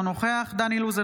אינו נוכח דן אילוז,